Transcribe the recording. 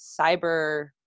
cyber